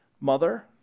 mother